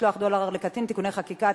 למשלוח דואר לקטין (תיקוני חקיקה),